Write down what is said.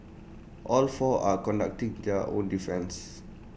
all of four are conducting their own defence